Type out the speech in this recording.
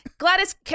Gladys